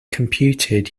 computed